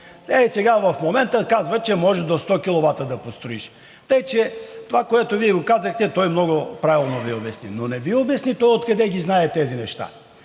а сега в момента казват, че може до 100 киловата да построиш. Така че за това, което казахте, той много правилно Ви обясни, но не Ви обясни откъде ги знае тези неща.